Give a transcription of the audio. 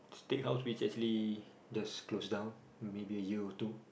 steakhouse which actually just close down maybe year two